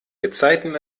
gezeiten